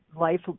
life